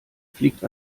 fliegt